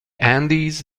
andes